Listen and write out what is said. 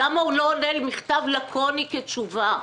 לא הוא עונה מכתב לקוני כתשובה?